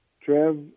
Trev